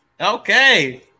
Okay